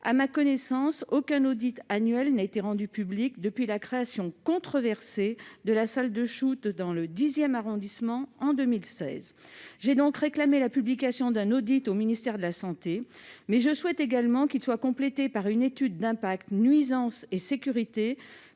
À ma connaissance, aucun audit annuel n'a été rendu public depuis la création controversée de la salle de shoot dans le X arrondissement en 2016. J'ai donc réclamé la publication d'un audit au ministère de la santé. Je souhaite également qu'il soit complété par une étude d'impact « nuisances et sécurité »,